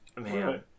Man